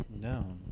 No